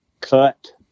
cut